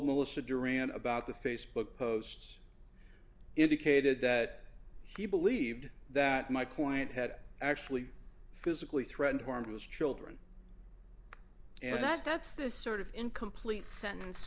melissa duran about the facebook posts indicated that he believed that my client had actually physically threatened harm to his children and that that's the sort of incomplete sentence